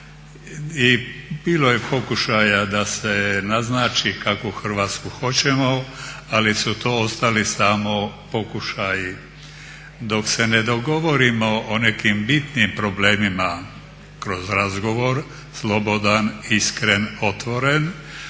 I bilo je pokušaja da se naznači kakvu Hrvatsku hoćemo, ali su to ostali samo pokušaju. Dok se ne dogovorimo o nekim bitnim problemima kroz razgovor, slobodan, iskren, otvoren